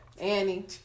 Annie